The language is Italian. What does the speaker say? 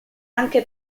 anche